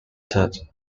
third